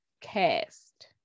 cast